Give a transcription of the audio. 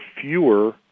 fewer